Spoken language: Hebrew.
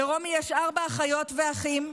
לרומי יש ארבעה אחיות ואחים,